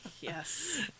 Yes